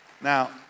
Now